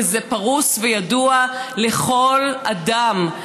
וזה פרוס וידוע לכל אדם,